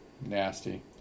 nasty